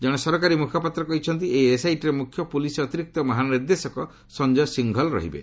ଜଣେ ସରକାରୀ ମୁଖପାତ୍ର କହିଛନ୍ତି ଏହି ଏସ୍ଆଇଟିର ମୁଖ୍ୟ ପୁଲିସ୍ ଅତିରିକ୍ତ ମହାନିର୍ଦ୍ଦେଶକ ସଞ୍ଜୟ ସିଂଘଲ ରହିବେ